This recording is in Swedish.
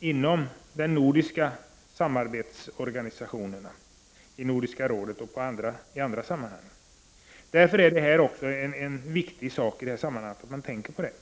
inom de nordiska samarbetsorganisationerna, i Nordiska rådet och andra sammanhang. Därför är det nödvändigt att man tänker på detta.